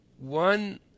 one –